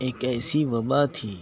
ایک ایسی وبا تھی